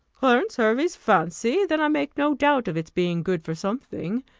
clarence hervey's fancy! then i make no doubt of its being good for something,